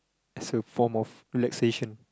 as a form of relaxation